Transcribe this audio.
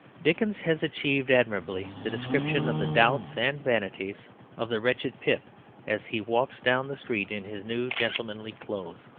dickens has achieved admirably the description of the doubts and vanities of the wretched pip as he walks down the street in his new gentlemanly clothes,